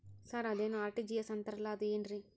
Sir ಅದೇನು RTGS ಅಂತಾರಲಾ ಅದು ಏನ್ರಿ?